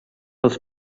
els